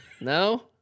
No